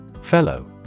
Fellow